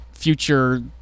future